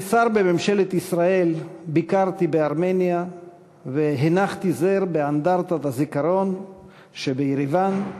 כשר בממשלת ישראל ביקרתי בארמניה והנחתי זר באנדרטת הזיכרון שבירוואן,